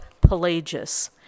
Pelagius